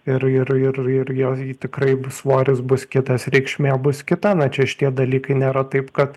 ir ir ir ir jos tikrai bus svoris bus kitas reikšmė bus kita na čia šitie dalykai nėra taip kad